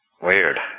Weird